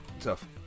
tough